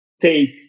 take